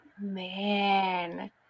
man